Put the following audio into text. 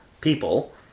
people